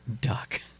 Duck